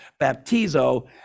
Baptizo